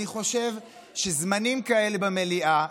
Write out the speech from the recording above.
אני חושב שזמנים כאלה במליאה,